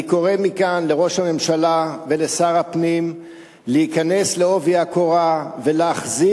אני קורא מכאן לראש הממשלה ולשר הפנים להיכנס בעובי הקורה ולהחזיר